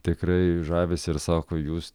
tikrai žavisi ir sako jūs